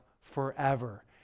forever